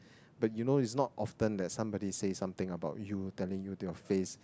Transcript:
but you know is not often that somebody say something about you telling you their faces